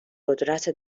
قدرت